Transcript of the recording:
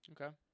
Okay